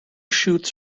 shoots